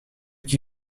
qui